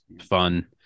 fun